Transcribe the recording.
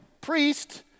priest